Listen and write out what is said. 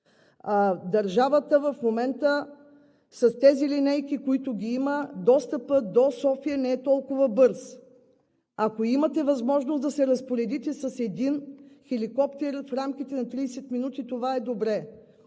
държавата в момента, достъпът до София не е толкова бърз. Ако имате възможност да се разпоредите с един хеликоптер в рамките на 30 минути, това е добре.